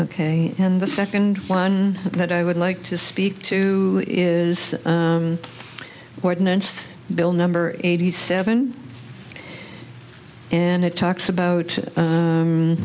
ok and the second one that i would like to speak to is ordinance bill number eighty seven and it talks about